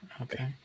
Okay